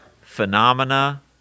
phenomena